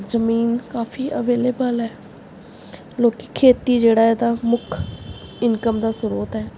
ਜ਼ਮੀਨ ਕਾਫ਼ੀ ਅਵੇਲੇਬਲ ਹੈ ਲੋਕ ਖੇਤੀ ਜਿਹੜਾ ਇਹਦਾ ਮੁੱਖ ਇਨਕਮ ਦਾ ਸਰੋਤ ਹੈ